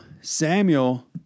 Samuel